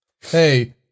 Hey